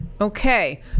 Okay